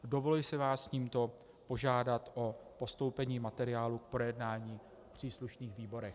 Dovoluji si vás tímto požádat o postoupení materiálu k projednání v příslušných výborech.